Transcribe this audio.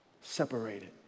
separated